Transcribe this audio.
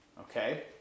okay